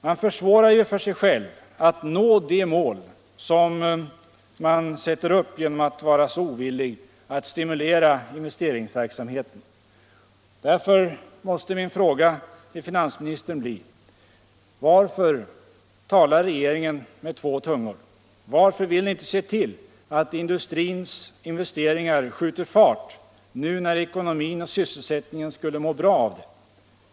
Man försvårar ju för sig själv att nå de mål man sätter upp genom att vara så ovillig att stimulera investeringsverksamheten. Därför måste min fråga till finansministern bli: Varför talar regeringen med två tungor? Varför vill ni inte se till att industrins investeringar skjuter fart nu när ekonomin och sysselsättningen skulle må bra av det?